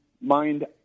mind